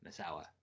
Masawa